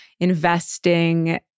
investing